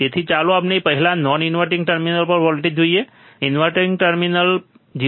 તેથી ચાલો આપણે પહેલા નોન ઇન્વર્ટીંગ ટર્મિનલ પર વોલ્ટેજ જોઈએ ઇન્વર્ટીંગ ટર્મિનલ 0